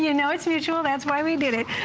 yeah know it is mutual, that is why we did it.